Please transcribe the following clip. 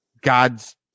God's